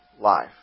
life